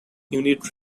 unit